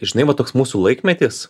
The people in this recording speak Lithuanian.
žinai va toks mūsų laikmetis